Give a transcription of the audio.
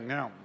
Now